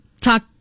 talk